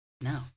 no